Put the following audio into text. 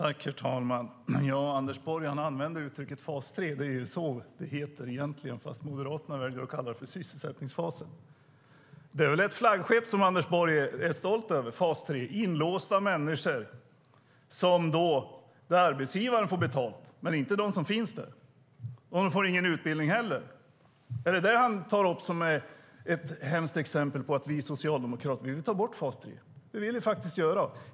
Herr talman! Anders Borg använder uttrycket fas 3. Det är ju så det heter egentligen, fast Moderaterna väljer att kalla det sysselsättningsfasen. Fas 3 är väl ett flaggskepp som Anders Borg är stolt över: där människor blir inlåsta och arbetsgivaren får betalt - men inte de som finns där. De får inte heller någon utbildning. Är det detta han tar upp som ett hemskt exempel, att vi socialdemokrater vill ta bort fas 3? Det vill vi faktiskt göra.